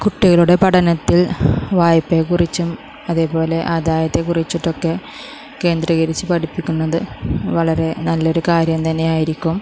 കുട്ടികളുടെ പഠനത്തിൽ വായ്പ്പയെ കുറിച്ചും അതേപോലെ ആദായത്തെ കുറിച്ചിട്ടൊക്കെ കേന്ദ്രീകരിച്ച് പഠിപ്പിക്കുന്നത് വളരെ നല്ലൊരു കാര്യം തന്നെ ആയിരിക്കും